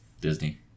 Disney